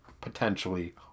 potentially